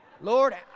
Lord